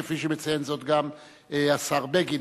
כפי שמציין זאת גם השר בגין.